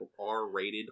R-rated